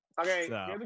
Okay